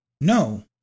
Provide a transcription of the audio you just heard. No